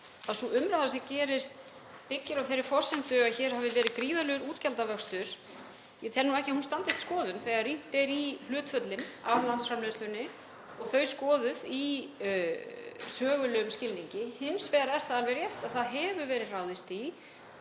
að sú umræða sem byggir á þeirri forsendu að hér hafi verið gríðarlegur útgjaldavöxtur — ég tel ekki að hún standist skoðun þegar rýnt er í hlutföllin af landsframleiðslunni og þau skoðuð í sögulegum skilningi. Hins vegar er það alveg rétt að það hefur verið ráðist í